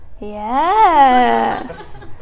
Yes